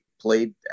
played